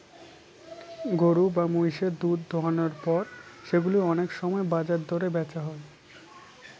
গরু বা মহিষের দুধ দোহানোর পর সেগুলো অনেক সময় বাজার দরে বেচা হয়